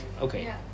okay